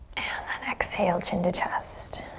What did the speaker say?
then exhale, chin to chest.